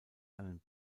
einen